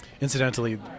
incidentally